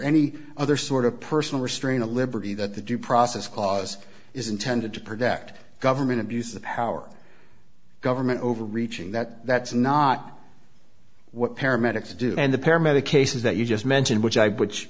any other sort of personal restrain the liberty that the due process clause is intended to protect government abuse the power of government overreaching that that's not what paramedics do and the paramedic cases that you just mentioned which i which